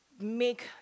make